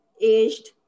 aged